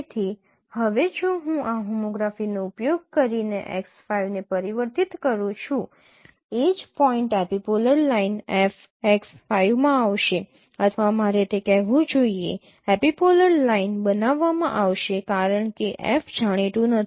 તેથી હવે જો હું આ હોમોગ્રાફીનો ઉપયોગ કરીને x 5 ને પરિવર્તિત કરું છું એ જ point epipolar line f x 5 માં આવશે અથવા મારે તે કહેવું જોઈએ એપિપોલર લાઇન બનાવવામાં આવશે કારણ કે F જાણીતું નથી